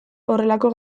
horrelako